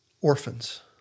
Orphans